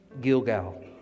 Gilgal